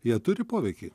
jie turi poveikį